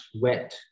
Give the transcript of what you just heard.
wet